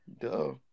Duh